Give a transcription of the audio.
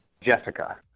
Jessica